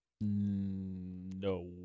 No